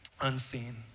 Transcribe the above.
unseen